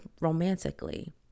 romantically